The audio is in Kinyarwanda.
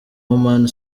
oman